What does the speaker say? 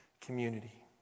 community